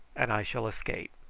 and i shall escape.